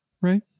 Right